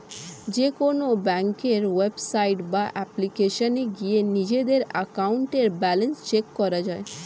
যেকোনো ব্যাংকের ওয়েবসাইট বা অ্যাপ্লিকেশনে গিয়ে নিজেদের অ্যাকাউন্টের ব্যালেন্স চেক করা যায়